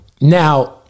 Now